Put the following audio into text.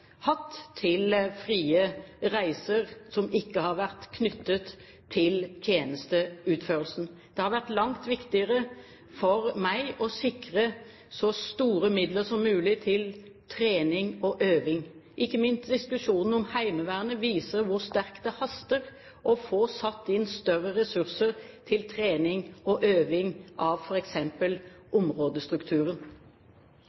hatt til frie reiser som ikke har vært knyttet til tjenesteutførelsen. Det har vært langt viktigere for meg å sikre så store midler som mulig til trening og øving. Ikke minst diskusjonen om Heimevernet viser hvor sterkt det haster med å få satt inn større ressurser til trening og øving av